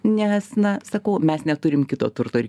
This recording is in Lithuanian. nes na sakau mes neturim kito turto ir